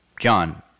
John